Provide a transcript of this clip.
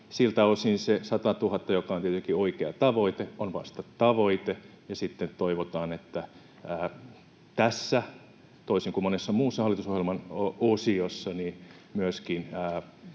Siltä osin se 100 000, joka on tietenkin oikea tavoite, on vasta tavoite, ja sitten toivotaan, että tässä, toisin kuin monessa muussa hallitusohjelman osiossa,